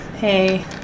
hey